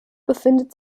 befindet